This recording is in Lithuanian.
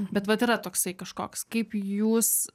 bet vat yra toksai kažkoks kaip jūs